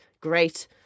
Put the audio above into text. great